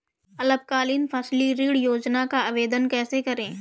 अल्पकालीन फसली ऋण योजना का आवेदन कैसे करें?